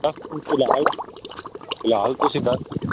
ਫਿਲਹਾਲ ਤੁਸੀਂ ਦਸ ਦਿਨ